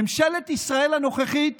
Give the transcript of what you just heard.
ממשלת ישראל הנוכחית